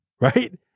Right